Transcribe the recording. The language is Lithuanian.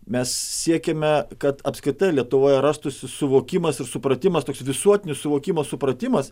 mes siekiame kad apskritai lietuvoje rastųsi suvokimas ir supratimas toks visuotinis suvokimas supratimas